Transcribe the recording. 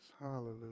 Hallelujah